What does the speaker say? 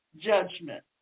judgment